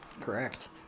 Correct